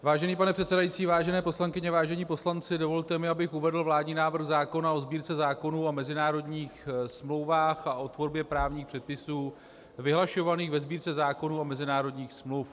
Vážený pane předsedající, vážené poslankyně, vážení poslanci, dovolte mi, abych uvedl vládní návrh zákona o Sbírce zákonů a mezinárodních smluv a o tvorbě právních předpisů vyhlašovaných ve Sbírce zákonů a mezinárodních smluv.